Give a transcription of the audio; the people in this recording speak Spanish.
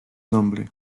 nombre